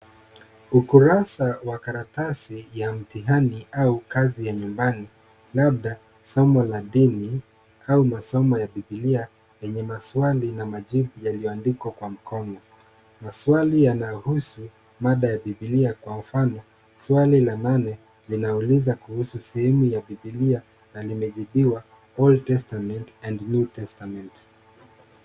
Ukurasa wa karatasi ya mtihani au kazi ya nyumbani, labda somo la dini au masomo ya biblia yenye maswali na majibu yaliyoandikwa kwa mkono. Maswali yanahusu mada ya biblia kwa mfano swali la nane linauliza kuhusu sehemu ya biblia na limejibiwa old testament and new testament .